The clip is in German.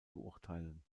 beurteilen